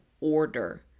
order